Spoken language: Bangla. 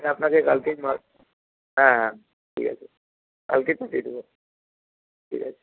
আপনাকে কালকেই মাল হ্যাঁ হ্যাঁ ঠিক আছে কালকেই পাঠিয়ে দেবো ঠিক আছে